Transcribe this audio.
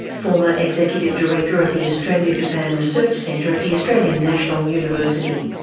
former executive director of the australia-japan research centre at the australian national university.